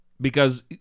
because-